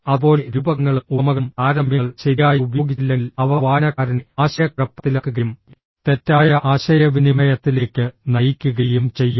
അതുപോലെ രൂപകങ്ങളും ഉപമകളും താരതമ്യങ്ങൾ ശരിയായി ഉപയോഗിച്ചില്ലെങ്കിൽ അവ വായനക്കാരനെ ആശയക്കുഴപ്പത്തിലാക്കുകയും തെറ്റായ ആശയവിനിമയത്തിലേക്ക് നയിക്കുകയും ചെയ്യും